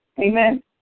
Amen